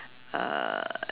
uh